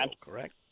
correct